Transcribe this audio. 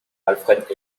alfred